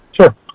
Sure